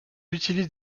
utilise